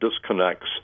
disconnects